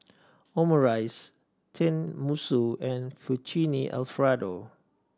Omurice Tenmusu and Fettuccine Alfredo